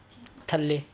ਥੱਲੇ